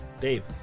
Dave